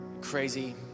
crazy